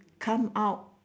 come out